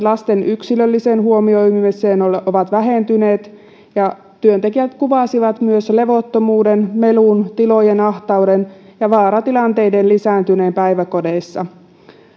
lasten yksilölliseen huomioimiseen ovat vähentyneet ja työntekijät kuvasivat myös levottomuuden melun tilojen ahtauden ja vaaratilanteiden lisääntyneen päiväkodeissa